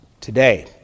today